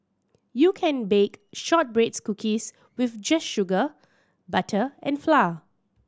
you can bake shortbread's cookies with just sugar butter and flour